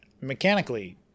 mechanically